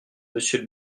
monsieur